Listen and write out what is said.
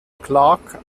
clarke